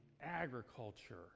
agriculture